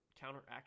counteract